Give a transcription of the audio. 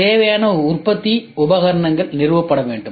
தேவையான உற்பத்தி உபகரணங்கள் நிறுவப்பட வேண்டும்